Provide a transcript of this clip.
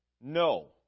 No